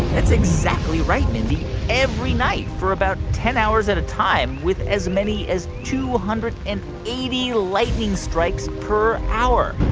that's exactly right, mindy every night for about ten hours at a time with as many as two hundred and eighty lightning strikes per hour